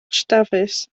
dafis